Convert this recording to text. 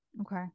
Okay